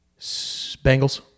Bengals